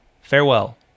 Farewell